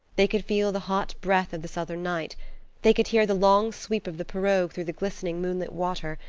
they could feel the hot breath of the southern night they could hear the long sweep of the pirogue through the glistening moonlit water,